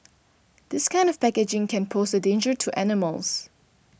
this kind of packaging can pose a danger to animals